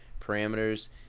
parameters